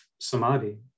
samadhi